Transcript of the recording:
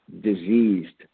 diseased